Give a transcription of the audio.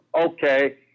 okay